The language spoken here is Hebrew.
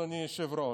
אדוני היושב-ראש.